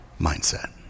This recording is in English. Mindset